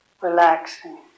relaxing